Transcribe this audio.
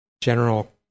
general